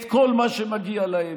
את כל מה שמגיע להם,